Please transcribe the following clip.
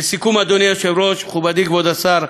לסיכום, אדוני היושב-ראש, מכובדי השר,